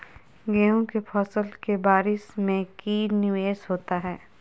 गेंहू के फ़सल के बारिस में की निवेस होता है?